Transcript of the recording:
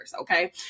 Okay